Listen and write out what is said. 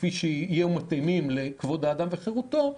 כפי שיהיו מתאימים לכבוד האדם וחירותו,